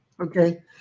Okay